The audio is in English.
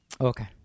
okay